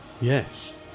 Yes